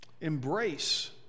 embrace